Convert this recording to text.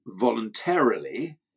voluntarily